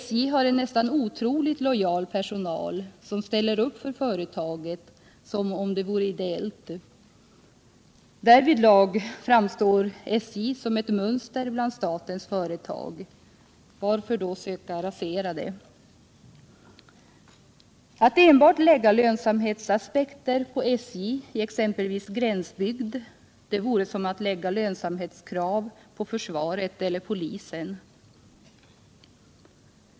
SJ har en nästan otroligt lojal personal, som ställer upp för företaget som om det vore ideellt. Därvidlag framstår SJ som ett mönster bland statens företag. Varför då söka rasera det? Att enbart lägga lönsamhetsaspekter på SJ i exempelvis gränsbygd vore som att lägga lönsamhetskrav på försvaret eller polisen.